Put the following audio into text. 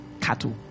cattle